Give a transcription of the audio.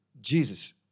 Jesus